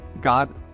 God